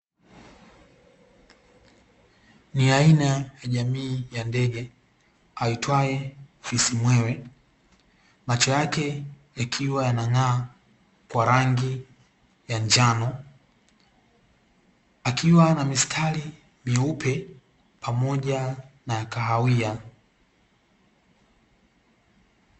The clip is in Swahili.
Ni aina ya jamii ya ndege, aitwaye fisi mwewe, macho yake yakiwa yanang'aa kwa rangi ya njano, akiwa na mistari meupe pamoja na kahawia.